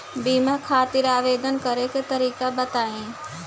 बीमा खातिर आवेदन करे के तरीका बताई?